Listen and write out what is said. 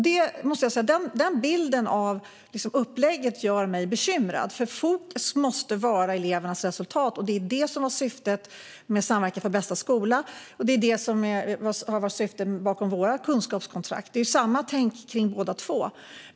Den bilden av upplägget gör mig bekymrad, för fokus måste vara elevernas resultat. Det var det som var syftet med Samverkan för bästa skola, och det var det som var syftet med våra kunskapskontrakt. Det är samma tänk kring båda två.